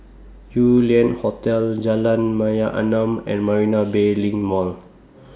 Yew Lian Hotel Jalan Mayaanam and Marina Bay LINK Mall